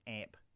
app